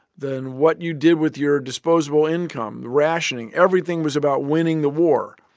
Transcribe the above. then what you did with your disposable income, the rationing everything was about winning the war.